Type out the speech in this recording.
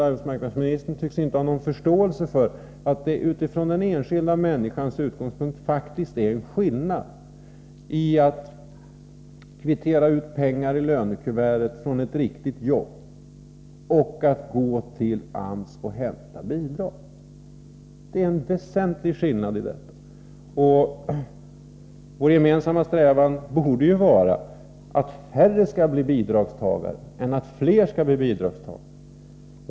Arbetsmarknadsministern tycks inte ha någon förståelse för att det utifrån den enskilda människans utgångspunkt faktiskt är en skillnad mellan att kvittera ut pengar från ett riktigt jobb och att gå till AMS och hämta bidrag. Det är en väsentlig skillnad. Vår gemensamma strävan borde vara att färre skall bli bidragstagare än att fler skall bli det.